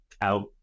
out